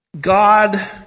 God